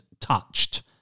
touched